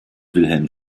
wilhelm